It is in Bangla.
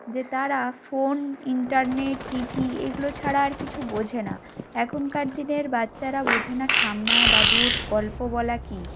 যে তারা ফোন ইন্টারনেট টিভি এগুলো ছাড়া আর কিছু বোঝে না এখনকার দিনের বাচ্চারা বোঝে না ঠাম্মা দাদুর গল্প বলা কী